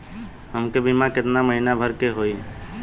हमके बीमा केतना के महीना भरे के होई?